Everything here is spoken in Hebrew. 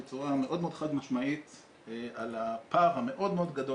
בצורה מאוד מאוד חד משמעית על הפער המאוד מאוד גדול